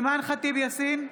אימאן ח'טיב יאסין,